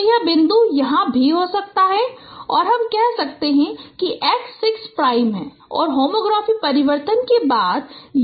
तो यह बिंदु यहां हो सकता है और कहें कि यह x 6 प्राइम है और होमोग्राफी परिवर्तन के बाद यह H x 6 है